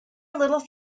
little